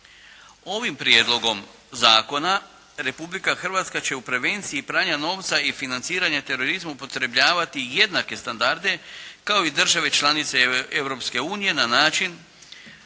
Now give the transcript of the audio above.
Ovim prijedlogom zakona Republika Hrvatska će u prevenciji pranja novca i financiranja terorizma upotrebljavati jednake standarde kao i države članice Europske unije